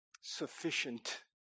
sufficient